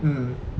mm